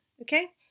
okay